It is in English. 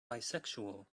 bisexual